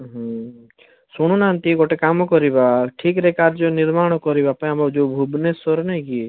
ହୁଁ ଶୁଣୁ ନାହାନ୍ତି ଗୋଟେ କାମ କରିବା ଠିକ୍ରେ କାର୍ଯ୍ୟ ନିର୍ମାଣ କରିବାପାଇଁ ଆମର ଯଉ ଭୁବନେଶ୍ୱର ନାହିଁକି